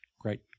great